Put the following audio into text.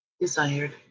desired